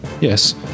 yes